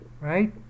right